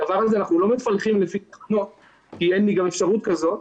את הדבר הזה אנחנו לא מפלחים לפי תחנות כי אין לנו גם אפשרות כזאת,